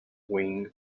wing